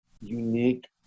unique